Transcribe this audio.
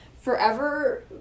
forever